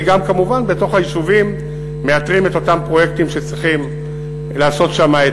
וגם כמובן בתוך היישובים מאתרים את אותם פרויקטים שצריכים לעשות שם.